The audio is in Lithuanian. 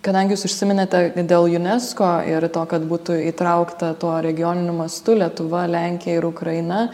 kadangi jūs užsiminėte dėl unesco ir to kad būtų įtraukta tuo regioniniu mastu lietuva lenkija ir ukraina